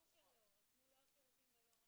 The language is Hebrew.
גם לגבי --- מדובר פה על מרחבים נוספים.